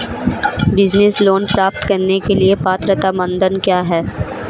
Business loan प्राप्त करने के लिए पात्रता मानदंड क्या हैं?